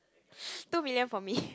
two million for me